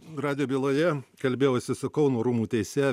radijo byloje kalbėjausi su kauno rūmų teisėja